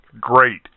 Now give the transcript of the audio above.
Great